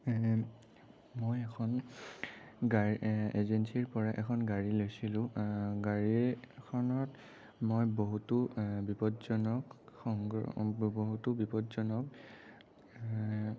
মই এখন গাড়ী এজেঞ্চিৰ পৰা এখন গাড়ী লৈছিলোঁ গাড়ীখনত মই বহুতো বিপদজনক বহুতো বিপদজনক